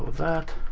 that.